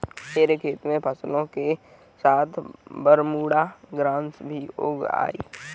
मेरे खेत में फसलों के साथ बरमूडा ग्रास भी उग आई हैं